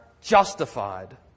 justified